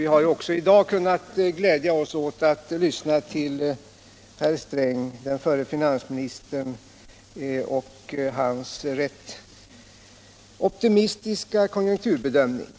Vi har också i dag kunnat glädja oss åt att lyssna till herr Sträng, den förre finansministern, och hans rätt optimistiska konjunkturbedömning.